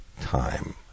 time